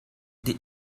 did